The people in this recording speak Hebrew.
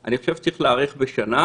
אני חושב שצריך להאריך בשנה,